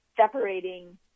separating